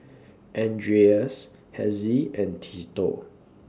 Andreas Hezzie and Tito